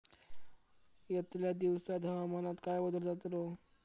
यतल्या दिवसात हवामानात काय बदल जातलो?